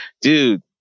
dude